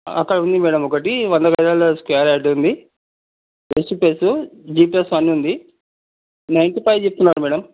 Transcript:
అక్కడ ఉంది మేడం ఒకటి వంద గజాల స్క్వేర్ యార్డ్ ఉంది మంచి ప్లేస్ గ్లిటర్స్ అని ఉంది నైన్త్ ఫైవ్ చెప్తున్నారు మేడం